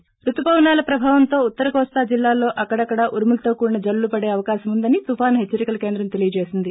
బుుతుపవనాల ప్రభావంతో ఉత్తర కోస్తా జిల్లాల్లో అక్కడక్కడా ఉరుములతో కూడిన జల్లులు పడే అవకాశముందని తుఫాను హెచ్చరికల కేంద్రం తెలిపింది